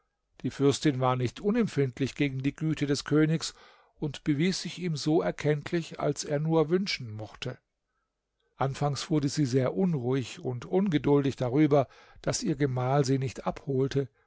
die fürstin war nicht unempfindlich gegen die güte des königs und bewies sich ihm so erkenntlich als er nur wünschen mochte anfangs wurde sie sehr unruhig und ungeduldig darüber daß ihr gemahl sie nicht abholte